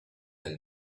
elle